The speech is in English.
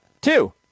Two